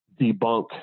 debunk